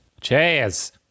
Cheers